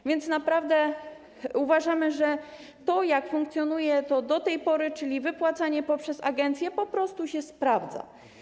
A więc naprawdę uważamy, że to, jak funkcjonuje to do tej pory, czyli wypłacanie poprzez agencję, po prostu się sprawdza.